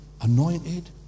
anointed